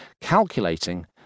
calculating